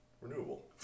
Renewable